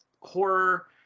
horror